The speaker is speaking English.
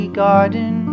garden